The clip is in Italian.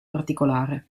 particolare